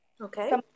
Okay